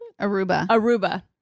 Aruba